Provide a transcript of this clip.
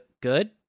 good